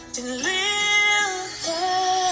Deliver